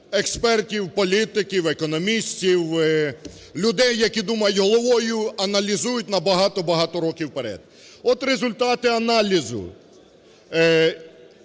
експертів, політиків, економістів, людей, які думають головою, аналізують на багато-багато років вперед. От результати аналізу